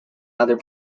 other